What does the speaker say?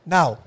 Now